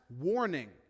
warning